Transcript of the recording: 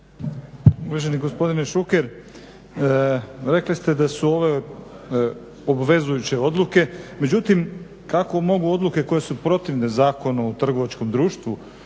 Uvaženi gospodine Šuker, rekli ste da su ove obvezujuće odluke. Međutim, kako mogu odluke koje su protivne Zakonu o trgovačkom društvu,